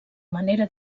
manera